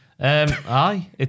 Aye